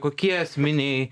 kokie esminiai